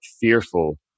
fearful